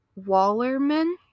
Wallerman